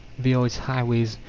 they are its highways.